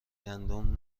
گندم